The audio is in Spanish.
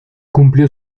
cumplió